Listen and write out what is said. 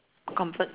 comfort